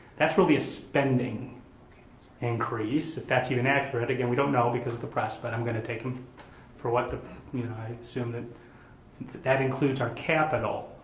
that's really spending increase. if that's even accurate, again we don't know because of he press, but i'm gonna take him for what ah you know i assume that that includes our capitol.